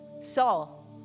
Saul